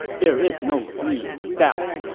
there is no need for doubts.